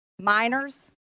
Minors